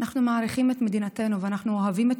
אנחנו מעריכים את מדינתנו ואנחנו אוהבים את